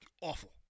Awful